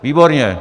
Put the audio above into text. Výborně.